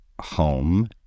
home